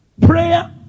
prayer